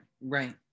right